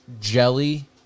jelly